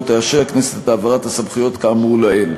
תאשר הכנסת את העברת הסמכויות כאמור לעיל.